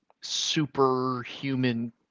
superhuman